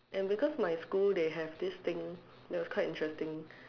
and because my school they have this thing that was quite interesting